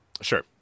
Sure